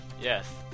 Yes